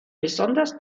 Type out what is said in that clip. besonders